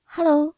Hello